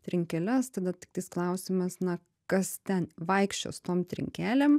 trinkeles tada tiktais klausimas na kas ten vaikščios tom trinkelėm